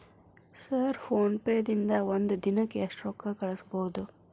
Sir PhonePe ದಿಂದ ಒಂದು ದಿನಕ್ಕೆ ಎಷ್ಟು ರೊಕ್ಕಾ ಕಳಿಸಬಹುದು?